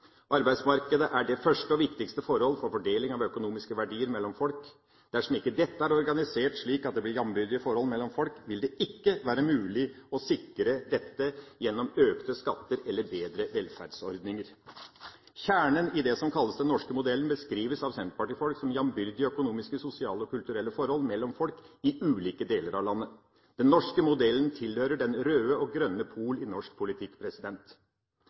Arbeidsmarkedet er det første og viktigste forhold for fordeling av økonomiske verdier mellom folk. Dersom ikke dette er organisert slik at det blir jambyrdige forhold mellom folk, vil det ikke være mulig å sikre dette gjennom økte skatter eller bedre velferdsordninger. Kjernen i det som kalles den norske modellen, beskrives av senterpartifolk som jambyrdige økonomiske, sosiale og kulturelle forhold mellom folk i ulike deler av landet. Den norske modellen tilhører den røde og grønne pol i norsk politikk.